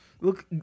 look